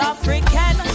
African